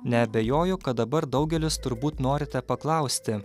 neabejoju kad dabar daugelis turbūt norite paklausti